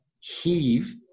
heave